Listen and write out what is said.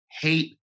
hate